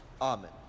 Amen